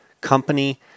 company